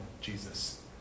Jesus